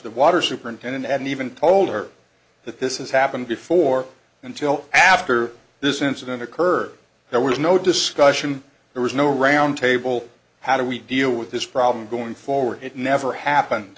the water superintendent hadn't even told her that this has happened before until after this incident occurred there was no discussion there was no round table how do we deal with this problem going forward it never happened